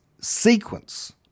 sequence